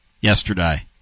yesterday